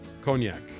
Cognac